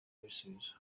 ibisubizo